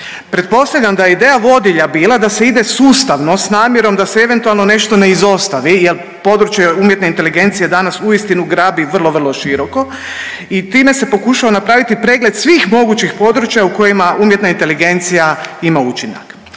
Pretpostavljam da je ideja vodilja bila da se ide sustavno s namjerom da se eventualno nešto ne izostavi jer područje umjetne inteligencije danas uistinu grabi vrlo, vrlo široko i time se pokušava napraviti pregled svih mogućih područja u kojima umjetna inteligencija ima učinak.